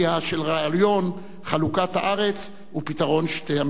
רעיון חלוקת הארץ ופתרון שתי המדינות.